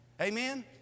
Amen